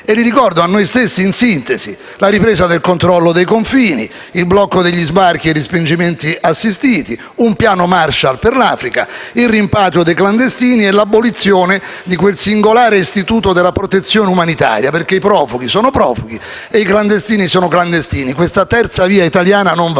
Li ricordo a noi stessi in sintesi: la ripresa del controllo dei confini; il blocco degli sbarchi e i respingimenti assistiti; un piano Marshall per l'Africa; il rimpatrio dei clandestini e l'abolizione di quel singolare istituto della protezione umanitaria, perché i profughi sono profughi e i clandestini sono clandestini e questa terza via italiana non va